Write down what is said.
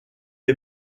est